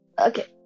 Okay